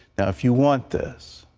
if you want this,